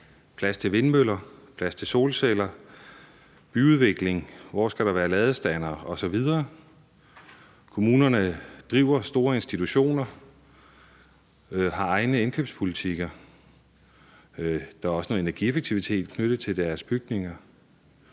plads til vindmøller, plads til solceller, byudvikling: Hvor skal der være ladestandere osv.? Kommunerne driver store institutioner og har egne indkøbspolitikker. Der er også noget energieffektivitet knyttet til deres bygninger.